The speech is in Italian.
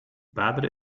padre